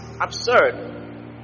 absurd